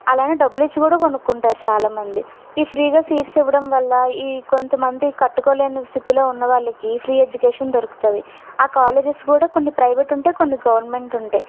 అలానే డబ్బులు ఇచ్చి కూడా కొనుక్కుంటారు చాలామంది ఈ ఫ్రీగా సీట్స్ ఇవ్వడం వల్ల ఈ కొంతమంది కట్టుకోలేని స్థితిలో ఉన్నవాళ్ళకి ఫ్రీ ఎడ్యుకేషన్ దొరుకుతుంది ఆ కాలేజెస్ కూడా కొన్ని ప్రైవేట్ ఉంటాయి కొన్ని గవర్నమెంట్ ఉంటాయి